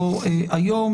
לא היום,